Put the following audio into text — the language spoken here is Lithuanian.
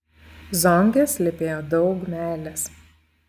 zonge slypėjo daug meilės